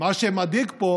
שמה שמדאיג פה,